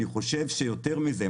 אני חושב שיותר מזה.